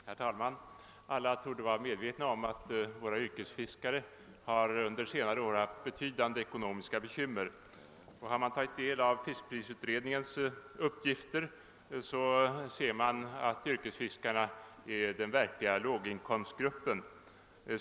Herr talman! Alla torde vara medvetna om att våra yrkesfiskare under senare år haft betydande ekonomiska bekymmer. Tar man del av fiskprisutredningens uppgifter, finner man att yrkesfiskarna är den verkliga låginkomstgruppen.